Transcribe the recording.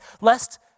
lest